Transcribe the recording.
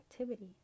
activity